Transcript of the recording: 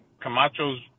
Camacho's